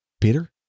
Peter